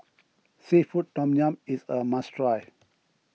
Seafood Tom Yum is a must try